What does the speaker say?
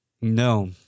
No